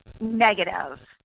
negative